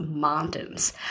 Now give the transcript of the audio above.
Mountains